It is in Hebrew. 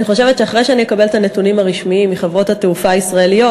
אני חושבת שאחרי שאקבל את הנתונים הרשמיים מחברות התעופה הישראליות